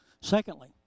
Secondly